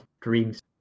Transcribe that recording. dreams